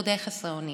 אנחנו די חסרי אונים,